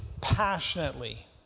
passionately